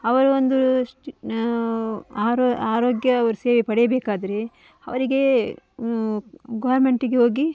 ಅವರ ಒಂದು ಶ ಆರೋ ಆರೋಗ್ಯ ಅವರು ಸೇವೆ ಪಡೆಯಬೇಕಾದರೆ ಅವರಿಗೆ ನೀವು ಗೋರ್ಮೆಂಟಿಗೆ ಹೋಗಿ